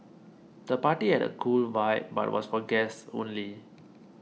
the party had a cool vibe but was for guests only